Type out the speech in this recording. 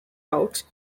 routes